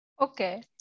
Okay